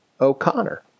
O'Connor